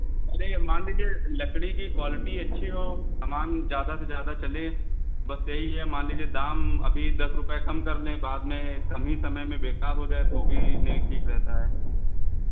अरे मान लीजिए लकड़ी की क्वालिटी अच्छी हो समान ज़्यादा से ज़्यादा चले बस यही है मान लीजिए दाम अभी दस रुपये कम कर लें बाद में कम ही समय में बेकार हो जाए तो भी नहीं ठीक रहता है